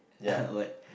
what